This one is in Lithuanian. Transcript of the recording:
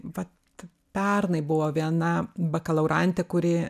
vat pernai buvo viena bakalaurantė kuri